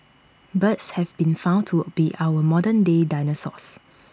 birds have been found to be our modern day dinosaurs